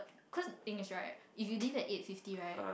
cause the thing is right if you leave at eight fifty right